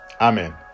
Amen